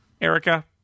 Erica